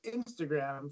Instagram